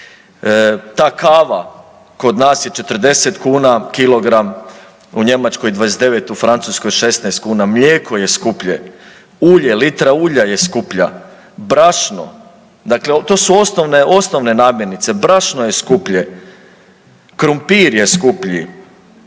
Ta kava kod nas je 40 kuna kilogram, u Njemačkoj 29, u Francuskoj 16 kuna. Mlijeko je skuplje, ulje, litra ulja je skuplja, brašno, dakle to su osnovne namirnice, brašno je skuplje, krumpir je skuplji,